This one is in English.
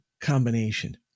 combination